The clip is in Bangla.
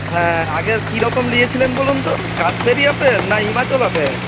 হ্যাঁ আগের কীরকম নিয়েছিলেন বলুন তো কাশ্মীরি আপেল না হিমাচল আপেল